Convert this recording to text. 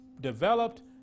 developed